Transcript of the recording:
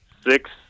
Six